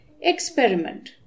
Experiment